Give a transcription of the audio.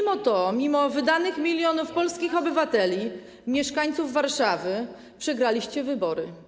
Mimo to, mimo wydanych milionów polskich obywateli, mieszkańców Warszawy przegraliście wybory.